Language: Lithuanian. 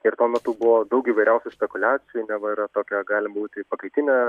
ir tuo metu buvo daug įvairiausių spekuliacijų neva yra tokia gali būti pakaitinė